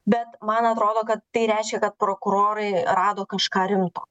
bet man atrodo kad tai reiškia kad prokurorai rado kažką rimto